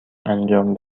انجام